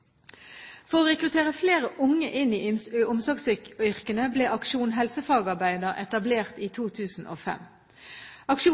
For å rekruttere flere unge inn i omsorgsyrkene ble Aksjon helsefagarbeider etablert i 2005. Aksjon